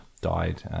died